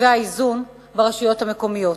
בתקציבי האיזון ברשויות המקומיות.